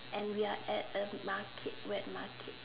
and we're at a wet market